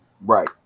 Right